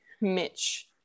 Mitch